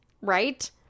Right